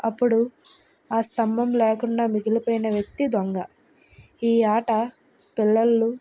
అప్పుడు ఆ స్తంభం లేకుండా మిగిలిపోయిన వ్యక్తి దొంగ ఈ ఆట పిల్లలు